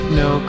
no